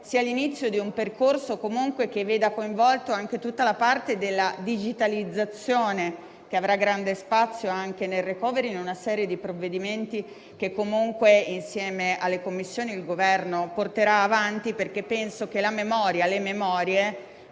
sia l'inizio di un percorso che coinvolga anche tutta la parte della digitalizzazione, che avrà grande spazio nello stesso *recovery plan*, in una serie di provvedimenti che, insieme alle Commissioni, il Governo porterà avanti. Penso infatti che la memoria, le memorie,